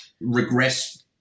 Regress